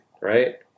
right